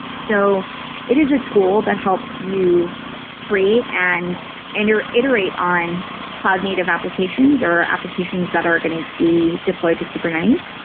so it is a tool that helps you create and and iterate on cloud native applications or applications that are going to be deployed to kubernetes.